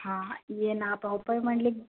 हाँ ये ना अपॉइनमेंट